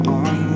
on